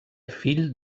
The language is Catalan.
fill